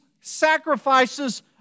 sacrifices